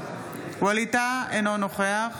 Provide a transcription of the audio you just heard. ווליד טאהא, אינו נוכח